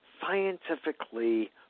scientifically